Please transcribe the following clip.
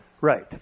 Right